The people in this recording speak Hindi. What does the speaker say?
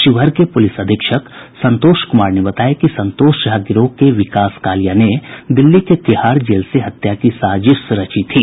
शिवहर के पुलिस अधीक्षक संतोष कुमार ने बताया कि संतोष झा गिरोह के विकास कालिया ने दिल्ली के तिहाड़ जेल से हत्या साजिश रची थी